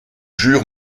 jure